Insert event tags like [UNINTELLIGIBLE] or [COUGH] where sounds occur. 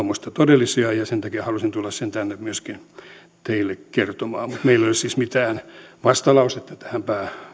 [UNINTELLIGIBLE] minusta todellisia ja sen takia halusin tulla sen tänne myöskin teille kertomaan mutta meillä ei siis ole mitään vastalausetta tähän